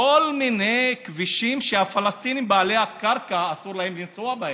כל מיני כבישים שהפלסטינים בעלי הקרקע אסור להם לנסוע בהם.